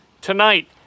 tonight